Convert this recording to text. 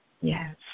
yes